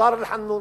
דאר-אל-חנון,